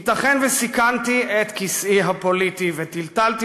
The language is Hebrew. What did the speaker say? ייתכן שסיכנתי את כיסאי הפוליטי וטלטלתי